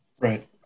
Right